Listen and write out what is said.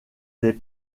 des